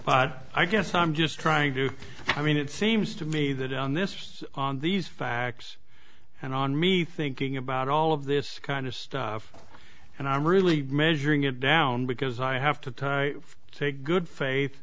but i guess i'm just trying to i mean it seems to me that on this on these facts and on me thinking about all of this kind of stuff and i'm really measuring it down because i have to tie say good faith